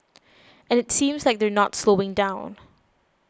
and it seems like they're not slowing down